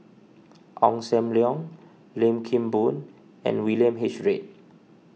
Ong Sam Leong Lim Kim Boon and William H Read